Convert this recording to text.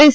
S